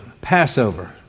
Passover